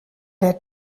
der